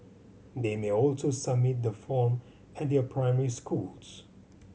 they may also submit the form at their primary schools